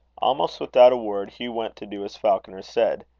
almost without a word, hugh went to do as falconer said.